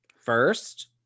first